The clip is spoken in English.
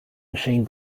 machine